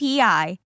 API